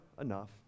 enough